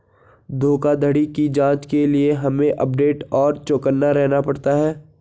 धोखाधड़ी की जांच के लिए हमे अपडेट और चौकन्ना रहना पड़ता है